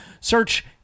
Search